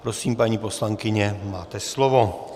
Prosím, paní poslankyně, máte slovo.